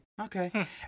okay